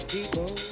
people